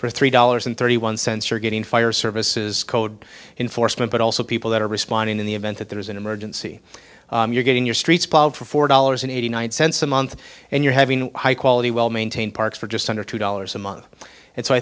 for three dollars and thirty one cents are getting fire services code enforcement but also people that are responding in the event that there is an emergency you're getting your streets for four dollars and eighty nine cents a month and you're having high quality well maintained parks for just under two dollars a month and so i